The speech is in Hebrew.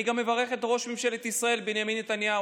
אני מברך גם את ראש ממשלת ישראל בנימין נתניהו